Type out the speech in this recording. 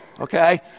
okay